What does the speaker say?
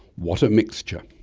what a mixture.